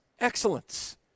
excellence